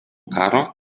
karo